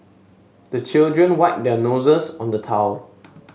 the children wipe their noses on the towel